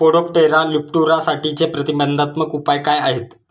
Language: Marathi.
स्पोडोप्टेरा लिट्युरासाठीचे प्रतिबंधात्मक उपाय काय आहेत?